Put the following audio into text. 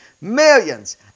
millions